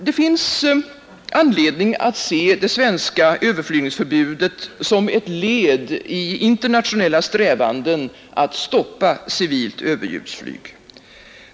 Det finns anledning att se det svenska förbudet mot överljudsflygning som ett led i internationella strävanden att stoppa civilt överljudsflyg.